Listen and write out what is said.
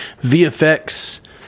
VFX